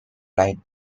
lied